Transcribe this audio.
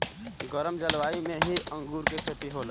गरम जलवायु में ही अंगूर के खेती होला